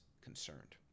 concerned